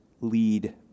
lead